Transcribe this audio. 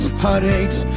heartaches